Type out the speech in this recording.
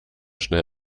schnell